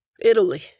Italy